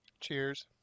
Cheers